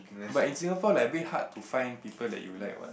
but in Singapore like a bit hard to find people that you like what